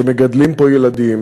שמגדלים פה ילדים,